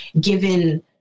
given